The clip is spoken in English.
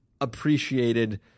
appreciated